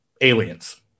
aliens